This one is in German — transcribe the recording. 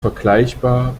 vergleichbar